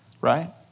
right